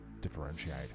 differentiate